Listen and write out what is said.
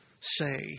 say